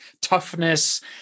toughness